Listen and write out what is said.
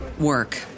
work